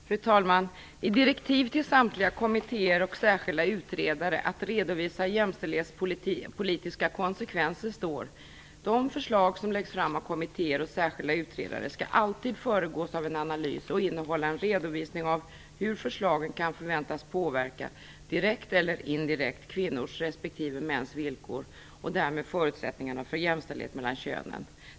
Fru talman! I direktivet till samtliga kommittéer och särskilda utredare, att redovisa jämställdhetspolitiska konsekvenser står: "De förslag som läggs fram av kommittéer och särskilda utredare skall alltid föregås av en analys och innehålla en redovisning av hur förslagen kan förväntas påverka, direkt eller indirekt, kvinnors respektive mäns villkor och därmed förutsättningarna för jämställdhet mellan könen.